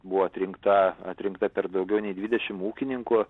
buvo atrinkta atrinkta per daugiau nei dvidešim ūkininkų